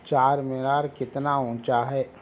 چار مینار کتنا اونچا ہے